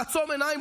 לעצום עיניים,